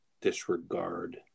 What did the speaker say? disregard